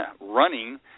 running